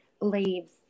leaves